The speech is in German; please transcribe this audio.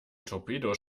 torpedos